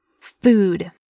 food